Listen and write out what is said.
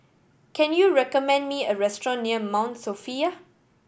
can you recommend me a restaurant near Mount Sophia